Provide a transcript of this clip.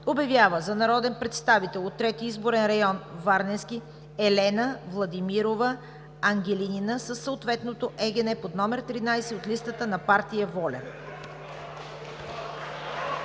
Обявява за народен представител от Трети изборен район – Варненски, Елена Владимирова Ангелинина със съответното ЕГН, под № 13 от листата на партия ВОЛЯ.“